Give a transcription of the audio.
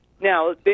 Now